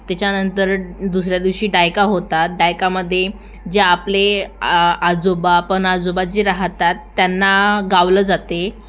त्याच्यानंतर दुसऱ्या दिवशी डायका होतात डायकामध्ये जे आपले आ आजोबा पणआजोबा जे राहतात त्यांना गावलं जाते